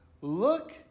look